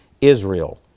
Israel